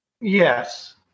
Yes